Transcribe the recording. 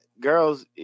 Girls